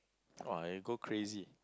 !wah! you go crazy